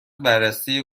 بررسی